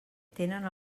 tenen